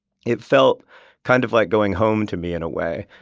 it felt kind of like going home to me in a way.